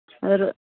आओरो